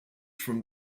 from